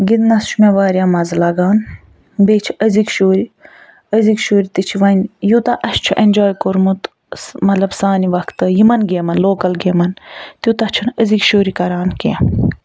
گِنٛدنَس چھُ مےٚ واریاہ مَزٕ لگان بیٚیہِ چھِ أزِکۍ شُرۍ أزِکۍ شُرۍ تہِ چھِ وۄنۍ یوٗتاہ اَسہِ چھُ ایٚنجاے کوٚرمُت مَطلَب سانہِ وَقتہٕ یِمن گیمَن لوکَل گیمَن تیوٗتاہ چھِنہٕ أزِکۍ شُرۍ کران کینٛہہ